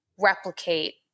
replicate